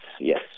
yes